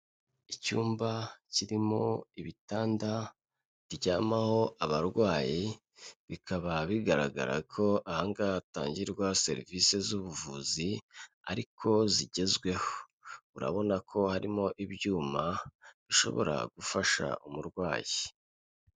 Icyumba kirimo ibitanda biryamaho abarwayi, bikaba bigaragara ko aha ngaha hatangirwa serivise z'ubuvuzi ariko zigezweho. Urabona ko harimo ibyuma bishobora gufasha umurwayi.